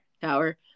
Tower